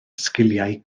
sgiliau